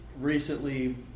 recently